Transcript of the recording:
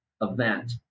event